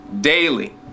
Daily